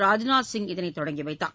ராஜ்நாத் சிங் இதனை தொடங்கிவைத்தார்